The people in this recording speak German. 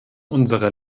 unsere